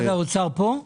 משרד האוצר פה?